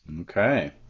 Okay